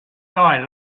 guy